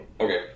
Okay